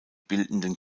bildenden